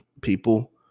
people